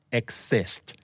exist